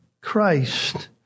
Christ